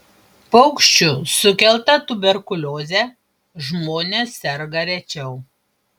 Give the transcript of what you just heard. paukščių sukelta tuberkulioze žmonės serga rečiau